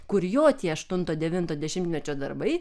kur jo tie aštunto devinto dešimtmečio darbai